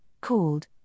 called